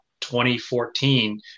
2014